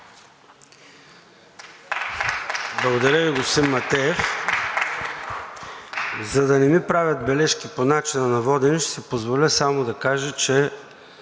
Благодаря Ви, господин Матеев. За да не ми правят бележки по начина на водене, ще си позволя само да кажа, че